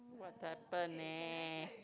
what's happening